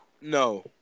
No